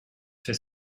fait